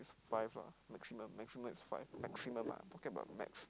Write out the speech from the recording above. five lah maximum maximum is five maximum lah talking about max